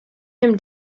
him